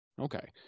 Okay